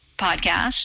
podcast